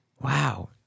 Wow